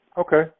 Okay